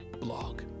blog